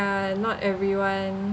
not everyone